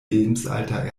lebensalter